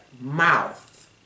mouth